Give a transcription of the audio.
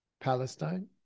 Palestine